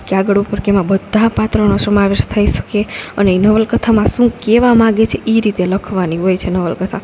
કે આગળ ઉપર કે એમાં બધા પાત્રોનો સમાવેશ થઈ શકે અને એ નવલકથામાં શું કહેવા માંગે છે એ રીતે લખવાની હોય છે નવલકથા